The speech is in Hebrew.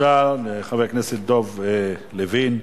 תודה לחבר הכנסת יריב לוין,